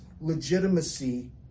legitimacy